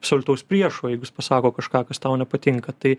absoliutaus priešo jeigu jis pasako kažką kas tau nepatinka tai